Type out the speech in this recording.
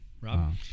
Rob